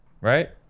right